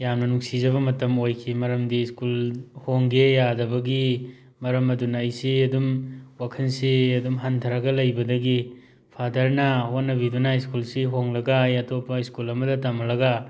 ꯌꯥꯝꯅ ꯅꯨꯡꯁꯤꯖꯕ ꯃꯇꯝ ꯑꯣꯏꯈꯤ ꯃꯔꯝꯗꯤ ꯁ꯭ꯀꯨꯜ ꯍꯣꯡꯒꯦ ꯌꯥꯗꯕꯒꯤ ꯃꯔꯝ ꯑꯗꯨꯅ ꯑꯩꯁꯤ ꯑꯗꯨꯝ ꯋꯥꯈꯜꯁꯤ ꯑꯗꯨꯝ ꯍꯟꯊꯔꯒ ꯂꯩꯕꯗꯒꯤ ꯐꯥꯗꯔꯅ ꯍꯣꯠꯅꯕꯤꯗꯨꯅ ꯁ꯭ꯀꯨꯜꯁꯤ ꯍꯣꯡꯂꯒ ꯑꯩ ꯑꯇꯣꯞꯄ ꯁ꯭ꯀꯨꯜ ꯑꯃꯗ ꯇꯝꯍꯜꯂꯒ